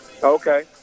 Okay